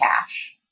cash